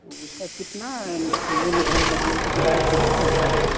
तो उसका कितना मूल्य धन मतलब कि प्राइज़ कितना होता है